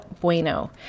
bueno